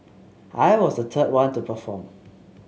I was the third one to perform